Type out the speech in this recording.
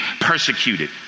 persecuted